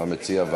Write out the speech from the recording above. מה מציע?